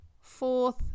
Fourth